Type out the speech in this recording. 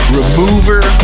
remover